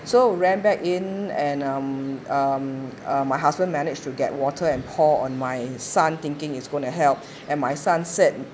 so ran back in and um my husband managed to get water and pour on my son thinking it's going to help and my son said